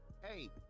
Hey